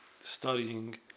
studying